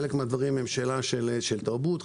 חלק מהדברים הם שאלה של תרבות,